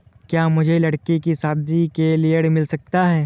क्या मुझे लडकी की शादी के लिए ऋण मिल सकता है?